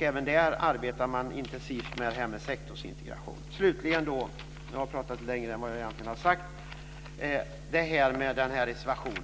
Även där arbetar man intensivt med sektorsintegration. Slutligen - och nu har jag pratat längre än vad jag hade sagt - kommer jag till reservationen.